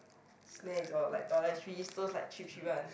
snacks or like toiletries those like cheap cheap one